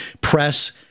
Press